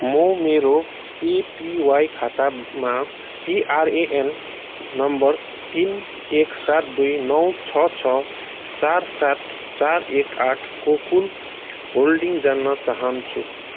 म मेरो एपिवाई खातामा पिआरएएन नम्बर तिन एक सात दुई नौ छ छ चार सात चार एक आठ को कुल होल्डिङ जान्न चाहन्छु